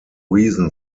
reason